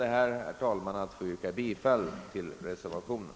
Jag ber med detta att få yrka bifall till reservationen.